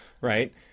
right